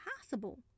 possible